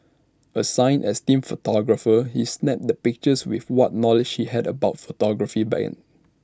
assigned as team photographer he snapped the pictures with what knowledge he had about photography then